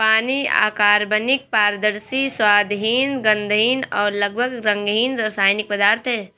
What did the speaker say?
पानी अकार्बनिक, पारदर्शी, स्वादहीन, गंधहीन और लगभग रंगहीन रासायनिक पदार्थ है